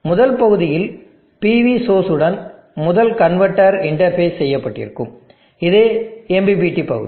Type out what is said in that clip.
முதல் பகுதியில் PV source உடன் முதல் கன்வெர்ட்டர் இன்டர்பேஸ் செய்யப்பட்டிருக்கும் இது MPPT பகுதி